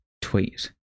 Tweet